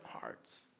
hearts